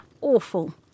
awful